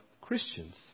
Christians